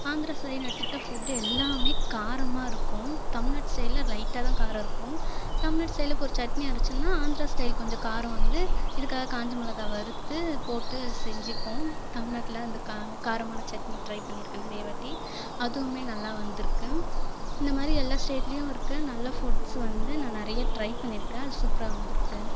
ஆந்திரா சைடுனு எடுத்துகிட்டால் ஃபுட் எல்லாமே காரமாக இருக்குது தமிழ்நாட்டு சைடில் லைட்டாதா கார இருக்குது தமிழ்நாட்டு சைடில் ஒரு சட்னி அரைச்சிங்கன்னா ஆந்திரா ஸ்டைல் சைடு கொஞ்சோம் காரம் வந்து இதுக்காக காஞ்ச மிளகாய் வறுத்து போட்டு அதை செஞசிப்போம் தமிழ்நாட்டில் அந்த கார காரமான சட்னி ட்ரை பண்ணிருக்கேன் நிறையா வாட்டி அதுவுமே நல்லா வந்துருக்குது இந்தமாதிரி எல்லா ஸ்டேட்லயும் இருக்குது நல்லா ஃபுட்ஸ்ஸ வந்து நான் நிறையா ட்ரை பண்ணிருக்கேன் சூப்பர்ராகு வந்துருக்குது